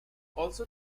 also